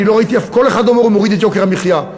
כל אחד אומר, הוא מוריד את יוקר המחיה.